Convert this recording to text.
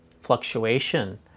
fluctuation